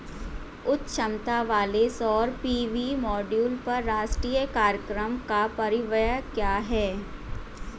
उच्च दक्षता वाले सौर पी.वी मॉड्यूल पर राष्ट्रीय कार्यक्रम का परिव्यय क्या है?